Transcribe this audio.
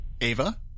Ava